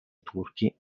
turchi